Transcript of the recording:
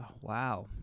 wow